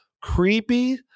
creepy